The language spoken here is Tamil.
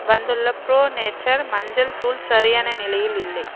வந்துள்ள ப்ரோ நேச்சர் மஞ்சள் தூள் சரியான நிலையில் இல்லை